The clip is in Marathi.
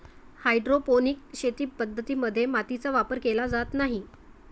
हायड्रोपोनिक शेती पद्धतीं मध्ये मातीचा वापर केला जात नाही